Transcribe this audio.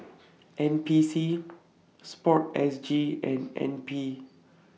N P C Sport S G and N P